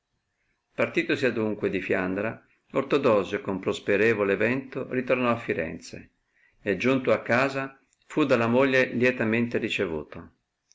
me partitosi adunque di fiandra ortodosio con prosperevole vento ritornò a firenze e giunto a casa fu dalla moglie lietamente ricevuto